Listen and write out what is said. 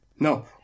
No